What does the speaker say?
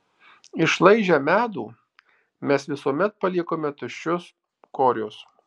išlaižę medų mes visuomet paliekame tuščius korius